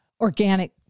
organic